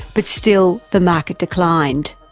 but still the market declined.